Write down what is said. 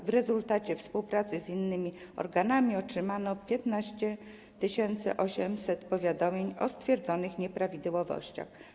W rezultacie współpracy z innymi organami wpłynęło 15 800 powiadomień o stwierdzonych nieprawidłowościach.